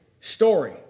story